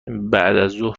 بعدازظهر